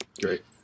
Great